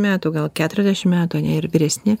metų gal keturiasdešim metų ir vyresni